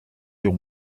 léon